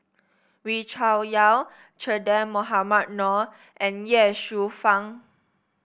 Wee Cho Yaw Che Dah Mohamed Noor and Ye Shufang